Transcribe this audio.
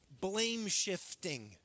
blame-shifting